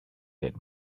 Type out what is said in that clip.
that